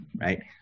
right